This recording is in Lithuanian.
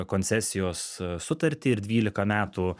koncesijos sutartį ir dvylika metų